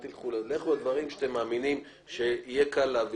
לכו על דברים שאתם מאמינים שיהיה קל להעביר,